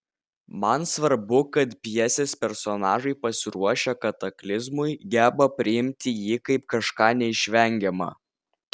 man svarbu kad pjesės personažai pasiruošę kataklizmui geba priimti jį kaip kažką neišvengiama